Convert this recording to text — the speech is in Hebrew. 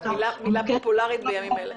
מילה פופולרית בימים אלה.